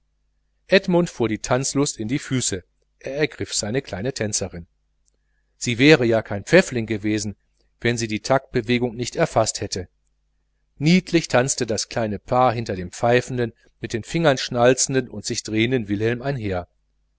edmund fuhr die tanzlust in die füße er ergriff seine kleine tänzerin sie wäre ja keine pfäffling gewesen wenn sie den rhythmus nicht erfaßt hätte niedlich tanzte das kleine paar hinter dem pfeifenden mit den fingern schnalzenden und sich drehenden wilhelm einher